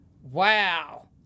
Wow